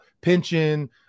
Pension